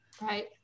Right